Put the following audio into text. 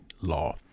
law